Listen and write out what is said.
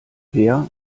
peer